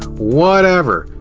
whatever!